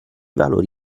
valori